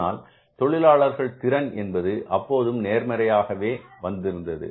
ஆனால் தொழிலாளர்கள் திறன் என்பது அப்போதும் நேர்மறையாக வை இருந்தது